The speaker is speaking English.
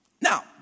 now